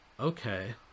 Okay